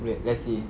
wait let's see